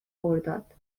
خرداد